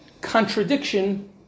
contradiction